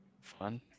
Fun